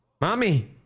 Mommy